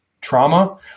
trauma